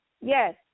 Yes